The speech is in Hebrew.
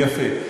יפה.